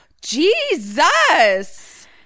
Jesus